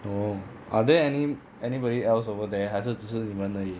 oh are there any anybody else over their 还是只是你们而已